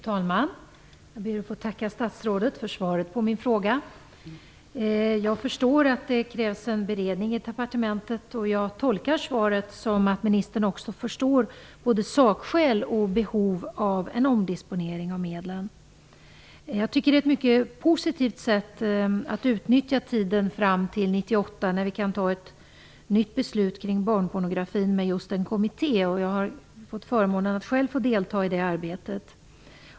Fru talman! Jag ber att få tacka statsrådet för svaret på min fråga. Jag förstår att det krävs en beredning i departementet och jag tolkar svaret så, att ministern förstår både sakskälen och behovet av en omdisponering av medlen. Jag tycker att det är ett mycket positivt sätt att utnyttja tiden fram till 1998, när vi kan fatta ett nytt beslut om barnpornografin med just en kommitté. Jag har själv fått förmånen att delta i det arbetet.